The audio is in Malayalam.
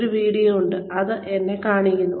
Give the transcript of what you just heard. ഒരു വീഡിയോ ഉണ്ട് അത് എന്നെ കാണിക്കുന്നു